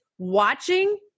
watching